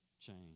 change